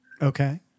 Okay